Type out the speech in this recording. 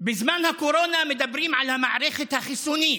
בזמן הקורונה מדברים על המערכת החיסונית.